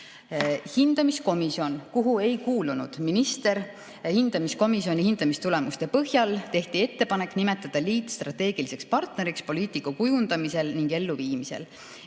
Hindamiskomisjoni, kuhu ei kuulunud minister, hindamistulemuste põhjal tehti ettepanek nimetada liit strateegiliseks partneriks poliitika kujundamisel ning elluviimisel.